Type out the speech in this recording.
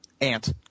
Ant